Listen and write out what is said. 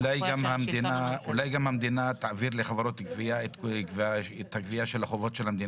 אולי המדינה תעביר לחברות הגבייה את הגבייה של חובות המדינה?